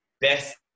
best